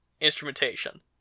instrumentation